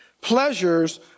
Pleasures